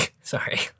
Sorry